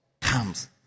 comes